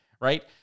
right